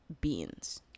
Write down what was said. beans